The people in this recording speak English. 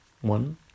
one